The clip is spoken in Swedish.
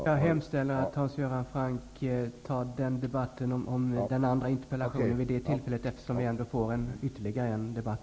Jag hemställer att Hans Göran Franck tar debatten om den andra interpellationen när den skall debatteras, eftersom vi ändå får ytterligare en debatt.